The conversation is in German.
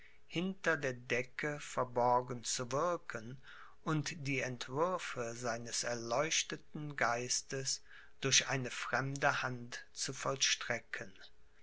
hinter der decke verborgen zu wirken und die entwürfe seines erleuchteten geistes durch eine fremde hand zu vollstrecken